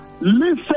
listen